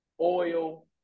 oil